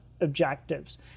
Objectives